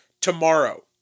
tomorrow